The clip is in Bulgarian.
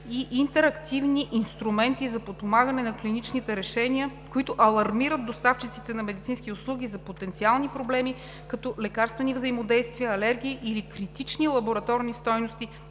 и интерактивни инструменти за подпомагане на клиничните решения, които алармират доставчиците на медицински услуги за потенциални проблеми, като лекарствени взаимодействия, алергии или критични лабораторни стойности